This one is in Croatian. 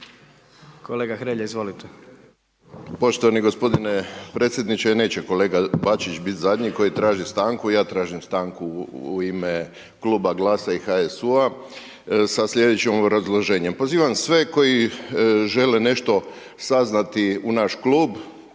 **Hrelja, Silvano (HSU)** Poštovani gospodine predsjedniče, neće kolega Bačić biti zadnji koji traži stanku, ja tražim stanku u ime Kluba GLAS-a i HSU-a, sa sljedećim obrazloženjem. Pozivam sve koji žele nešto saznati u naš klub,